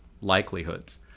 likelihoods